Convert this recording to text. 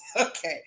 Okay